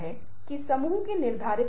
मैं इसे विस्तृत तरीके से समझाऊंगा